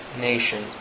nation